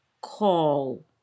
call